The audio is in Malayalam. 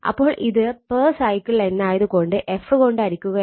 അപ്പോൾ ഇത് പെർ സൈക്കിൾ എന്നായത് കൊണ്ട് f കൊണ്ട് ഹരിക്കുകയാണ്